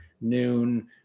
noon